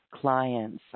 clients